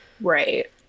Right